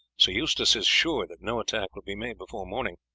sir eustace is sure that no attack will be made before morning.